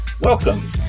Welcome